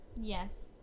Yes